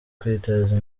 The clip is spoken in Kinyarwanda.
kwiteza